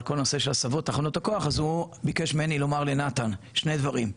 על כל הנושא של הסבות תחנות הכוח הוא ביקש ממני לומר לנתן שני דברים: